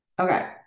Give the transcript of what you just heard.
Okay